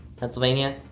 pennsylvania,